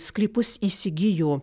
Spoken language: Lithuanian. sklypus įsigijo